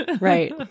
Right